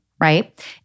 right